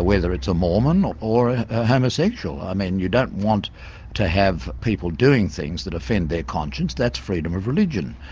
whether it's a mormon or a homosexual. i mean you don't want to have people doing things that offend their conscience. that's freedom of religion.